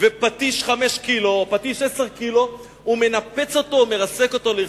ובפטיש של 5 ק"ג או 10 ק"ג הוא מנפץ אותו או מרסק אותו לרסיסים.